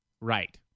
right